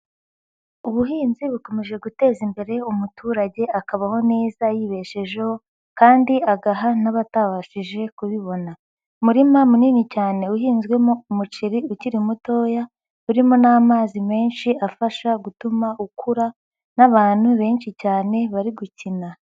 Ubuhinzi bukomeje guteza imbere umuturage akabaho neza yibeshejeho kandi agaha n'abatabashije kubibona, umurima munini cyane uhinzwemo umuceri ukiri mutoya urimo n'amazi menshi afasha gutuma ukura n'abantu benshi cyane bari gukina.